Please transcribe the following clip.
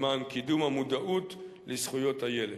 למען קידום המודעות לזכויות הילד.